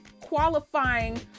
qualifying